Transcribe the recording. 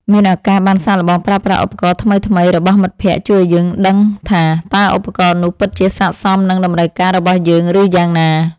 មានឱកាសបានសាកល្បងប្រើប្រាស់ឧបករណ៍ថ្លៃៗរបស់មិត្តភក្តិជួយឱ្យយើងដឹងថា តើឧបករណ៍នោះពិតជាស័ក្តិសមនឹងតម្រូវការរបស់យើង ឬ យ៉ាងណា។